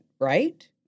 right